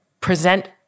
present